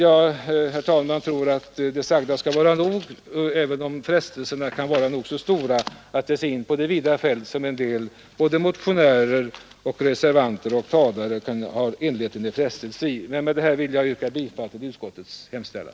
Den är helt Det kan finnas mer att säga om det här — motionärer och reservanter och talare inleder en ju i frestelser att ge sig in på det vida fältet — men jag tror, herr talman, att det sagda kan vara nog. Jag ber alltså att få yrka bifall till utskottets hemställan.